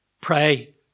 pray